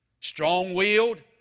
Strong-willed